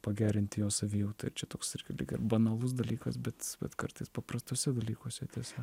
pagerinti jo savijautą čia toks irgi lyg ir banalus dalykas bet bet kartais paprastuose dalykuose tiesa